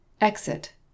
Exit